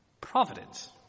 Providence